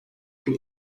gün